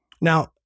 Now